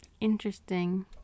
Interesting